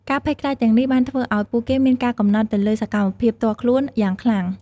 ការភ័យខ្លាចទាំងនេះបានធ្វើឱ្យពួកគេមានការកំណត់ទៅលើសកម្មភាពផ្ទាល់ខ្លួនយ៉ាងខ្លាំង។